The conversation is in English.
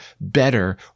better